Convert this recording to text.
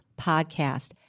podcast